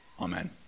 Amen